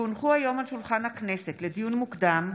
כי הונחו היום על שולחן הכנסת, לדיון מוקדם,